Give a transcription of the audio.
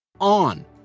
on